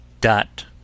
dot